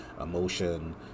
emotion